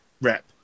rep